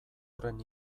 horren